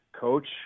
coach